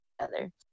together